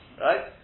right